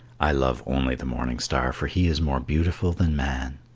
i love only the morning star, for he is more beautiful than man.